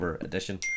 edition